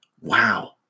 wow